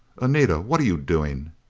anita, what are you doing?